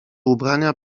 ubrania